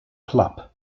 club